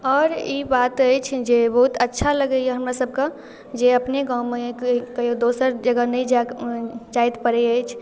आओर ई बात अछि जे बहुत अच्छा लगैए हमरासबके जे अपने गाममे कहिओ दोसर जगह नहि जाए जाए पड़ै अछि